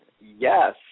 yes